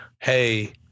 hey